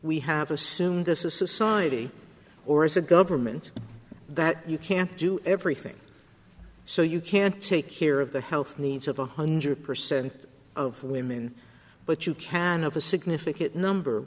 we have assumed as a society or as a government that you can't do everything so you can't take care of the health needs of one hundred percent of women but you can have a significant number